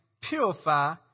purify